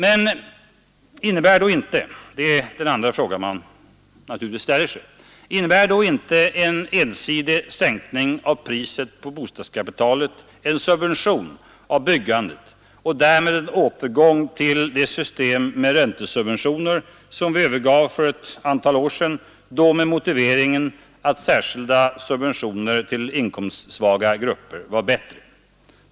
Men innebär då inte — det är den andra frågan man naturligtvis ställer sig — en ensidig sänkning av priset på bostadskapitalet en subvention av byggandet och därmed en återgång till det system med räntesubventioner som vi övergav för ett antal år sedan, då med motiveringen att särskilda subventioner till inkomstsvaga grupper var bättre?